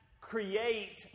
create